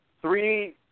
three